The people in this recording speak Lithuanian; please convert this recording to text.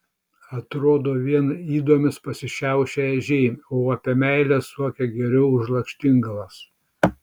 atrodo vien ydomis pasišiaušę ežiai o apie meilę suokia geriau už lakštingalas